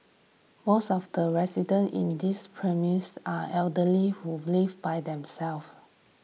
most of the residents in this precinct are elderly who live by themselves